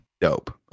Dope